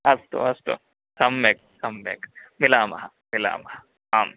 अस्तु अस्तु सम्यक् सम्यक् मिलामः मिलामः आम्